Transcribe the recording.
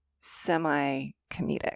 semi-comedic